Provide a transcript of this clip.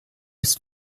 ist